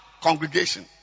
congregation